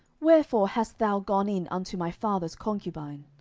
wherefore hast thou gone in unto my father's concubine?